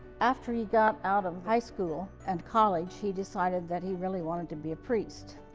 after he got out of high school and college he decided that he really wanted to be a priest.